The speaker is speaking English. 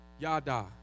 Yada